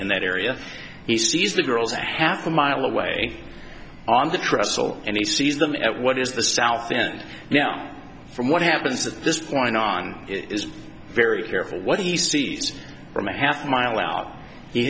in that area he sees the girls a half a mile away on the trestle and he sees them at what is the south end now from what happens at this point on is very careful what he sees from a half mile out he